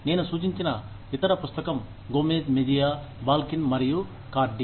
నేను సూచించిన ఇతర పుస్తకం గోమెజ్ మెజీయా బాల్కిన్ మరియు కార్డి